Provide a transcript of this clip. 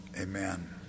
Amen